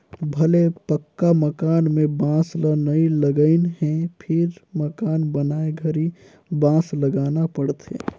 भले पक्का मकान में बांस ल नई लगईंन हे फिर मकान बनाए घरी बांस लगाना पड़थे